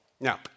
Now